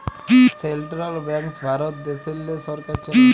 central banks Bharat দ্যাশেল্লে সরকার চালায়